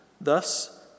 Thus